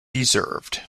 deserved